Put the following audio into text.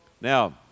Now